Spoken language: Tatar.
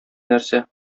нәрсә